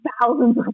thousands